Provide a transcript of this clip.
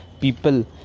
people